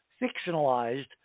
fictionalized